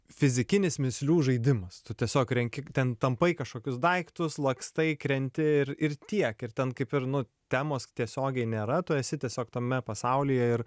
fizikinis mįslių žaidimas tu tiesiog renki ten tampai kažkokius daiktus lakstai krenti ir ir tiek ir ten kaip ir nu temos tiesiogiai nėra tu esi tiesiog tame pasaulyje ir